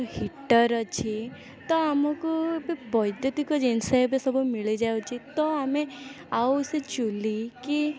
heater ଅଛି ତ ଆମକୁ ଏବେ ବୈଦ୍ୟୁତିକ ଜିନିଷ ଏବେ ସବୁ ମିଳିଯାଉଛି ତ ଆମେ ଆଉ ସେ ଚୁଲି କି